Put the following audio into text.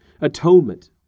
Atonement